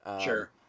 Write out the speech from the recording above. Sure